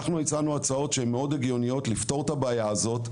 אנחנו הצענו הצעות שהן מאוד הגיוניות לפתור את הבעיה הזאת,